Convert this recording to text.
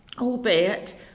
albeit